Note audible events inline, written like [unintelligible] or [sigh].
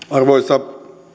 [unintelligible] arvoisa